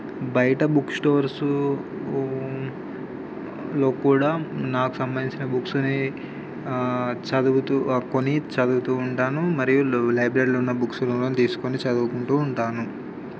బయట book stores లో కూడా నాకు సంబంధించిన బుక్స్ని చదువుతు కొని చదువుతు ఉంటాను మరియు ల లైబ్రరీలో ఉన్న బుక్స్ని తీసుకుని చదువుకుంటు ఉంటాను